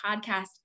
podcast